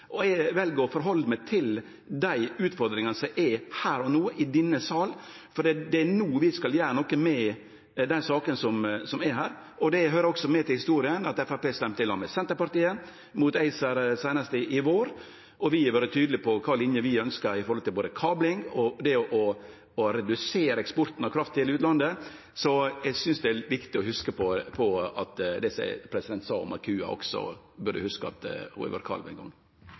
og eg vel å forhalde meg til dei utfordringane som er her og no, i denne sal, for det er no vi skal gjere noko med desse sakene. Det høyrer også med til historia at Framstegspartiet stemte mot ACER, i lag med Senterpartiet, seinast i vår. Vi har vore tydelege på kva linje vi ønskjer når det gjeld både kabling og det å redusere eksporten av kraft til utlandet. Eg synest det er viktig å hugse på det eg sa om kua som gløymde at ho hadde vore kalv ein gong.